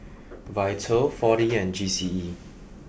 Vital four D and G C E